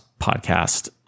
podcast